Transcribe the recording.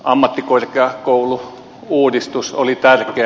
ammattikorkeakoulu uudistus oli tärkeä